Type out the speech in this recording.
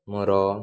ମୋର